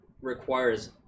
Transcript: requires